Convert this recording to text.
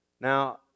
Now